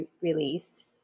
released